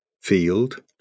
field